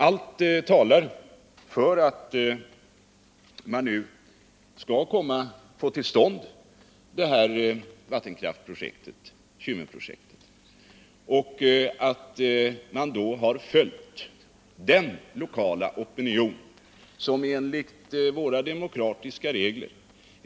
Allt talar för att man nu skall kunna få till stånd det här vattenkraftprojektet, Kymmenprojektet, och att man då har följt den lokala opinion som skall få genomslag enligt våra demokratiska regler.